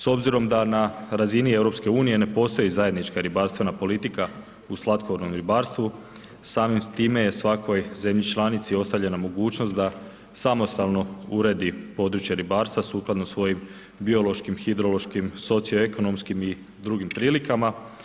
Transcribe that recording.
S obzirom da na razini EU ne postoji zajednička ribarstvena politika u slatkovodnom ribarstvu, samim time je svakoj zemlji članici ostavljena mogućnost da samostalno uredi područje ribarstva sukladno svojim biološkim, hidrološkim, socioekonomskim i drugim prilikama.